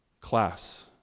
class